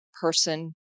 person